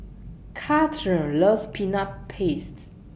Kathryn loves Peanut Paste